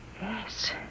Yes